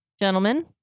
Gentlemen